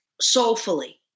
soulfully